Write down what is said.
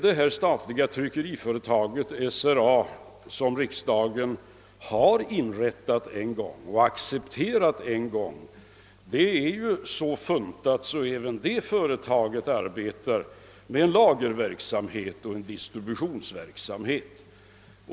Det statliga tryckeriföretaget SRA, som riksdagen en gång har inrättat och accepterat, är så funtat att även det företaget arbetar med lageroch distributionsverksamhet.